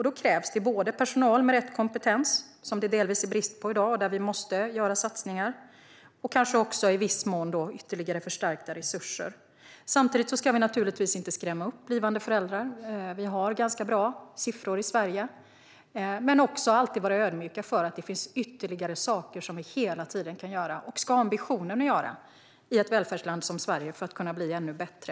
Då krävs både personal med rätt kompetens, som det delvis är brist på i dag och där det måste ske satsningar, och i viss mån ytterligare förstärkta resurser. Samtidigt ska inte blivande föräldrar skrämmas upp. Siffrorna är bra i Sverige. Men vi måste vara ödmjuka för att det finns ytterligare saker som hela tiden kan göras, och som vi ska ha ambitionen att göra, i ett välfärdsland som Sverige för att bli ännu bättre.